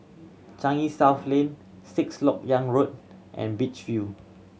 Changi South Lane Sixth Lok Yang Road and Beach View